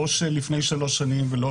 לא של לפני שלוש שנים ולא